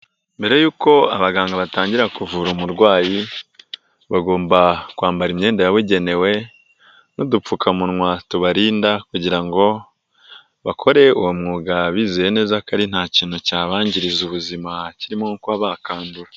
Mbere y'uko abaganga batangira kuvura umurwayi bagomba kwambara imyenda yabugenewe n'udupfukamunwa tubarinda, kugira ngo bakore uwo mwuga bizeye neza ko ari nta kintu cyabangiriza ubuzima kirimo nko kuba bakandura.